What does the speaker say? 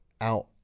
out